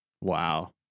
Wow